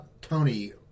Tony